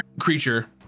creature